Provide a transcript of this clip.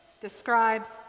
describes